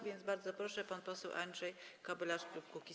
Więc bardzo proszę, pan poseł Andrzej Kobylarz, klub Kukiz’15.